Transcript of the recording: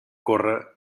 corre